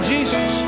Jesus